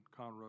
Conroe